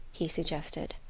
he suggested.